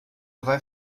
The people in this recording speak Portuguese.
vai